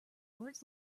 words